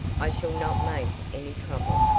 i shall not make any trouble.